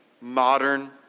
modern